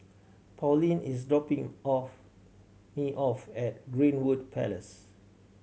Pauline is dropping off me off at Greenwood Place